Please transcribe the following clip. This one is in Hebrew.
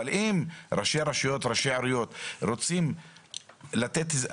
אם ראשי הרשויות והעיריות רוצים בכך,